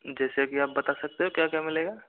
जैसे कि आप बता सकते हो की क्या मिलेगा